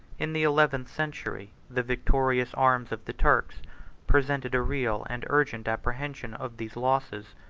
in the eleventh century, the victorious arms of the turks presented a real and urgent apprehension of these losses.